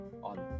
on